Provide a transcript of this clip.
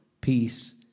peace